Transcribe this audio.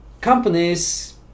Companies